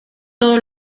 todo